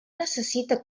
necessita